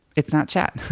it's not chat.